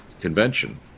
convention